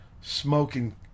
smoking